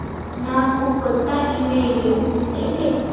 నాకు కొత్త ఈమెయిల్లు ఉంటే చెప్పు